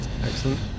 Excellent